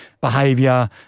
behavior